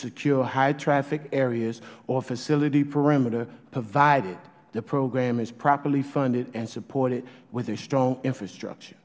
secure hightraffic areas or facility perimeter provided the program is properly funded and supported with a strong infrastructure